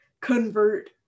convert